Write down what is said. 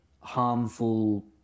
harmful